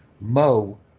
Mo